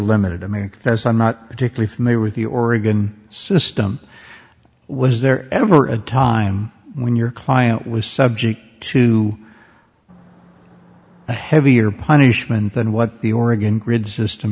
limited i mean there's i'm not particularly from a with the oregon system was there ever a time when your client was subject to a heavier punishment than what the oregon